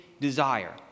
desire